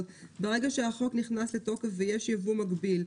ברגע שהחוק נכנס לתוקף ויש ייבוא מקביל,